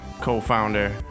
co-founder